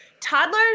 toddlers